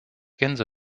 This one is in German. gänse